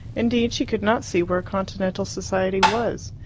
indeed she could not see where continental society was.